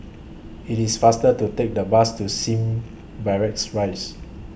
IT IS faster to Take The Bus to SIM Barracks Rise